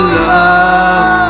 love